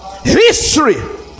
history